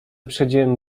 przychodziłem